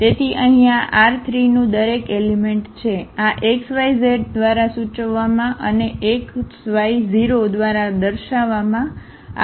તેથી અહીં આ R3 નું દરેક એલિમેંટ છે આ xyz દ્વારા સૂચવવામાં અને xy0 દ્વારા દર્શાવવામાં આવ્યું છે